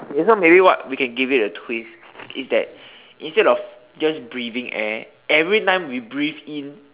okay so maybe what we can give it a twist is that instead of just breathing air everytime we breathe in